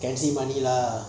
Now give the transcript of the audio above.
can still money lah